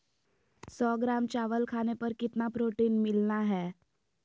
सौ ग्राम चावल खाने पर कितना प्रोटीन मिलना हैय?